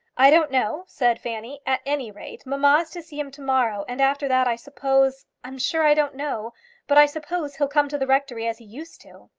i don't know, said fanny. at any rate, mamma is to see him to-morrow, and after that i suppose i'm sure i don't know but i suppose he'll come to the rectory as he used to